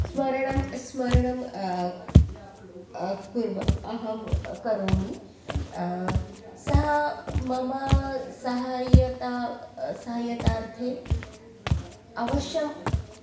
स्मरणं स्मरणं कुर्वे अहं करोमि सः मम सहायता सहायतार्थे अवश्यम्